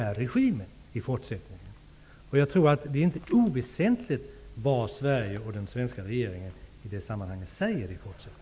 Har regeringen sedan dess tagit upp frågan om assyriernas/syrianernas situation och brotten mot de mänskliga rättigheterna i internationella kontakter och överläggningar?